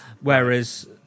whereas